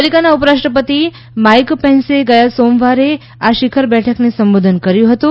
અમેરિકાના ઉપરાષ્ટ્રપતિ માઇક પેન્સે ગયા સોમવારે આ શિખર બેઠકને સંબોધન કર્યું હતું